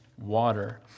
water